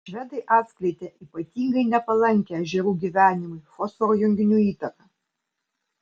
švedai atskleidė ypatingai nepalankią ežerų gyvenimui fosforo junginių įtaką